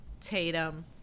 tatum